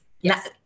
Yes